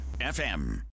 FM